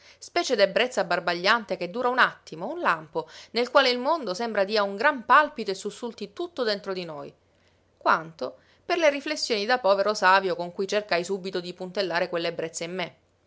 specie d'ebbrezza abbarbagliante che dura un attimo un lampo nel quale il mondo sembra dia un gran palpito e sussulti tutto dentro di noi quanto per le riflessioni da povero savio con cui cercai subito di puntellare quell'ebbrezza in me